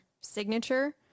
signature